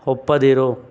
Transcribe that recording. ಒಪ್ಪದಿರು